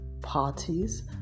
parties